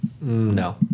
No